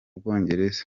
bwongereza